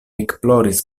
ekploris